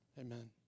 amen